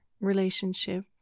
relationship